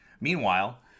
Meanwhile